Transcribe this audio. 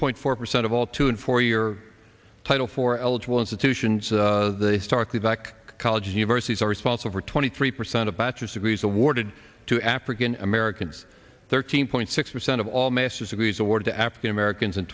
point four percent of all to and for your title for eligible institutions the starkly black colleges universities are responsible for twenty three percent of bachelor's degrees awarded to african americans thirteen point six percent of all master's degrees award to african americans and